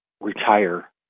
retire